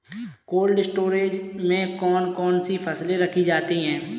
Cold storage में कौन कौन सी फसलें रखी जाती हैं?